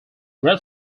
red